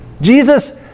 Jesus